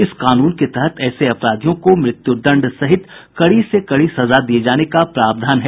इस कानून के तहत ऐसे अपराधियों को मृत्युदंड सहित कड़ी से कड़ी सजा दिए जाने का प्रावधान है